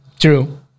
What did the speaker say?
True